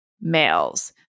males